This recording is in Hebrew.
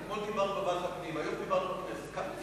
אתמול דיברנו בוועדת הפנים, היום דיברנו בכנסת.